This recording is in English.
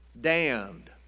damned